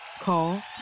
Call